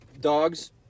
Dogs